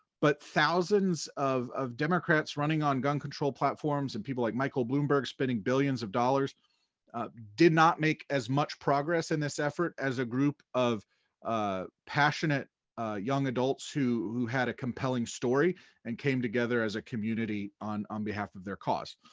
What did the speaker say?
but thousands of of democrats running on gun control platforms and people like michael bloomberg spending billions of dollars did not make as much progress in this effort as a group of ah passionate young adults who had a compelling story and came together as a community on on behalf of their cause.